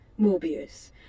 Mobius